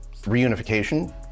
reunification